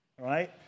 right